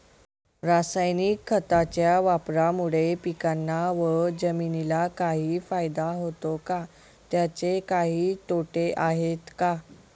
रासायनिक खताच्या वापरामुळे पिकांना व जमिनीला काही फायदा होतो का? त्याचे काही तोटे आहेत का?